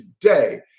today